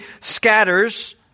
scatters